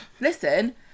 listen